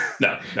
no